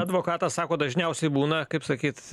advokatas sako dažniausiai būna kaip sakyt